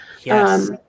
Yes